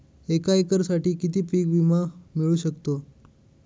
एका एकरसाठी किती पीक विमा मिळू शकतो?